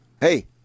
hey